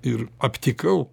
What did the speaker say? ir aptikau